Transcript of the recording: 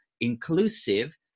inclusive